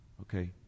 Okay